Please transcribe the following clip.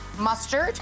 mustard